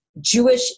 Jewish